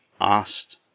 asked